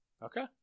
Okay